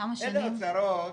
אלה אוצרות